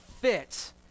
fit